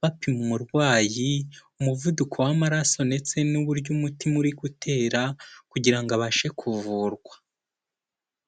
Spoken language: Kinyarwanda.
bapima umurwayi, umuvuduko w'amaraso ndetse n'uburyo umutima uri gutera, kugira abashe kuvurwa.